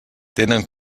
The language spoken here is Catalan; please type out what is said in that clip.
tenen